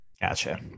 Gotcha